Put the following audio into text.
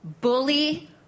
bully